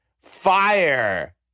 Fire